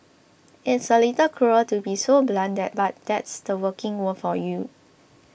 it's a little cruel to be so blunt but that's the working world for you